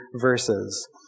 verses